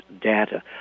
data